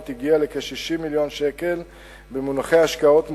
הגיע לכ-60 מיליון שקל במונחי השקעות מאושרות,